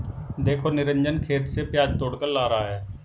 देखो निरंजन खेत से प्याज तोड़कर ला रहा है